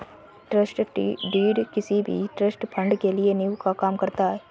trust deed किसी भी trust fund के लिए नीव का काम करता है